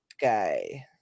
guy